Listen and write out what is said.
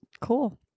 Cool